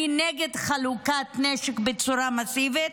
אני נגד חלוקת נשק בצורה מסיבית.